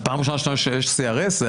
פעם ראשונה שיש CRS?